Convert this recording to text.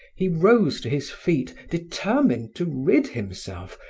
he rose to his feet, determined to rid himself,